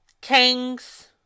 Kings